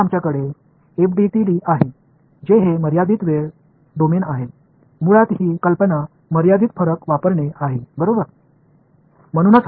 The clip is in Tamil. இறுதியாக எங்களிடம் FDTD உள்ளது எனவே இது வரையறுக்கப்பட்ட ஃபின்னிட் டிஃபரெண்ஸ் டைம் டொமைன் மாகும்